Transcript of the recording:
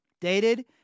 dated